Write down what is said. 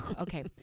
Okay